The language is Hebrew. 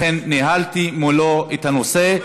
לכן ניהלתי מולו את הנושא.